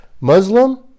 Muslim